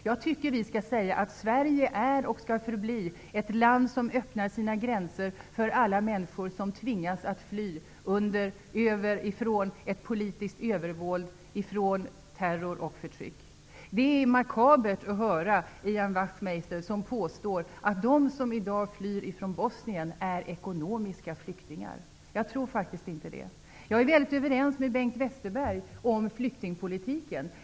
Jag tycker att vi skall säga att Sverige är och skall förbli ett land som öppnar sina gränser för alla människor som tvingas att fly under och ifrån ett politiskt övervåld och ifrån terror och förtryck. Det är makabert att höra Ian Wachtmeister påstå att de som i dag flyr från Bosnien är ekonomiska flyktingar. Jag tror faktiskt inte att de är det. Jag är mycket överens med Bengt Westerberg om flyktingpolitiken.